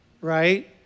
right